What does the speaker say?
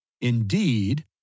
Indeed